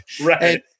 right